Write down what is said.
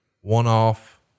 one-off